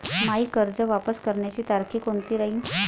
मायी कर्ज वापस करण्याची तारखी कोनती राहीन?